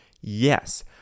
Yes